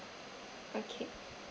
okay